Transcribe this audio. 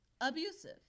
abusive